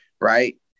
Right